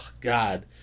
God